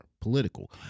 political